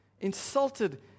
insulted